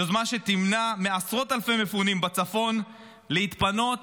יוזמה שתמנע מעשרות אלפי מפונים בצפון להתפנות